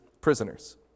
prisoners